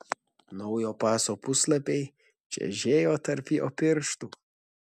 naujo paso puslapiai čežėjo tarp jo pirštų